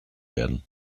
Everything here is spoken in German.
werden